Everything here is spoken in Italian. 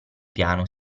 piano